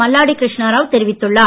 மல்லாடி கிருஷ்ணராவ் தெரிவித்துள்ளார்